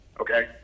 okay